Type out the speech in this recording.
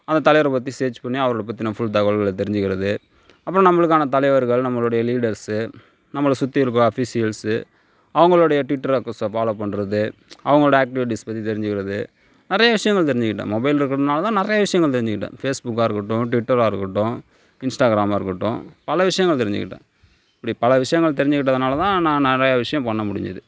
அந்த தலைவரை பற்றி சர்ச் பண்ணி அவர்களை பற்றின ஃபுல் தகவல்களை தெரிஞ்சிக்கிறது அப்புறோம் நம்பளுக்கான தலைவர்கள் நம்பளுடைய லீடர்ஸு நம்மளை சுற்றி இருக்கிற அஃபிஷியல்ஸு அவங்களோடைய ட்விட்டரை அக்கோஸை ஃபாலோ பண்ணுறது அவங்களோட ஆக்டிவிட்டீஸ் பற்றி தெரிஞ்சுக்கிறது நிறைய விஷயங்கள் தெரிஞ்சுகிட்டேன் மொபைல் இருக்கறதனால் தான் நிறைய விஷயங்கள் தெரிஞ்சுக்கிட்டேன் ஃபேஸ்புக்காக இருக்கட்டும் ட்விட்டராக இருக்கட்டும் இன்ஸ்டாக்ராமாக இருக்கட்டும் பல விஷயங்கள் தெரிஞ்சுக்கிட்டேன் இப்படி பல விஷயங்கள் தெரிஞ்சுக்கிட்டதுனால தான் நான் நிறைய விஷயோம் பண்ண முடிஞ்சுது